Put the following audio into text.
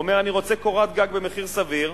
ואומר: אני רוצה קורת גג במחיר סביר,